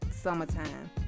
summertime